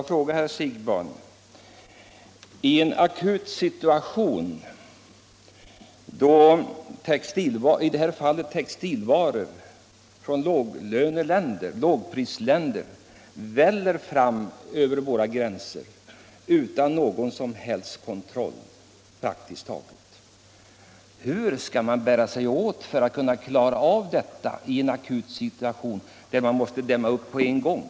Herr talman! Textilvaror från lågprisländerna väller fram över våra gränser praktiskt taget utan någon som helst kontroll. Jag vill då fråga herr Siegbahn: Hur skall man bära sig åt för att klara av detta i en akut situation, när man måste dimma upp på en gång?